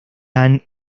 han